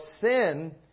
sin